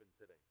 today